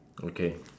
okay